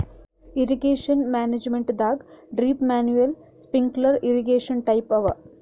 irrigation ಮ್ಯಾನೇಜ್ಮೆಂಟದಾಗ್ drip manual sprinkler irrigation type ಅವ